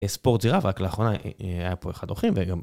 אה ... ספורט זירה, ורק לאחרונה היה פה אחד העורכים וגם